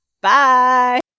Bye